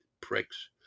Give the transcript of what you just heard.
pricks